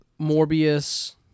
Morbius